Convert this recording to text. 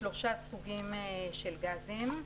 שלושה סוגים של גזים.